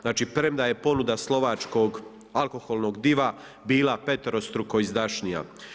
Znači premda je ponuda slovačkog alkoholnog diva bila peterostruko izdašnija.